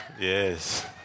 Yes